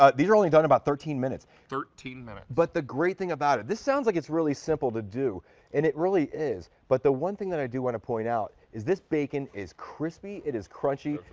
ah these were only done about thirteen minutes. thirteen. but the great thing about, it this sounds like it's really simple to do and it really is, but the one thing that i do want to point out is this bacon is crispy, it is crunchy.